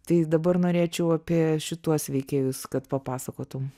tai dabar norėčiau apie šituos veikėjus kad papasakotum